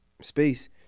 space